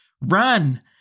Run